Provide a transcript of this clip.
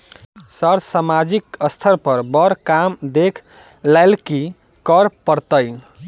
Sir सामाजिक स्तर पर बर काम देख लैलकी करऽ परतै?